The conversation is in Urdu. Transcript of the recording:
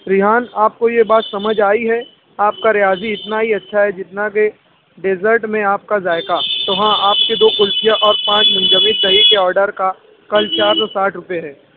ریحان آپ کو یہ بات سمجھ آئی ہے آپ کا ریاضی اتنا ہی اچھا ہے جتنا کہ ڈیزرٹ میں آپ کا ذائقہ تو ہاں آپ کی دو قلفیاں اور پانچ منجمد دہی کے آڈر کا کل چار سو ساٹھ روپے ہے